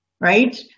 right